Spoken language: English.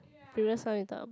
previous one you talk about